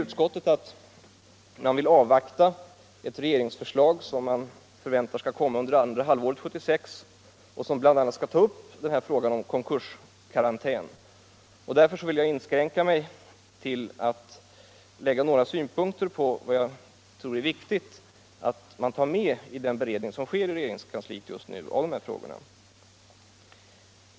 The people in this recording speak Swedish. Utskottet säger sig vilja avvakta ett regeringsförslag som förväntas komma under andra halvåret 1976 och som bl.a. skall ta upp frågan om konkurskarantän. Därför vill jag inskränka mig till att anföra några synpunkter på vad jag tror är viktigt att ta med vid den beredning som sker i regeringskansliet just nu av de här frågorna.